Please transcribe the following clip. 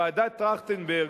ועדת-טרכטנברג,